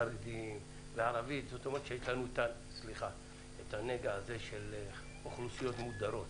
חרדית וערבית זה אומר שיש לנו עדיין את הנגע הזה של אוכלוסיות מודרות.